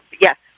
Yes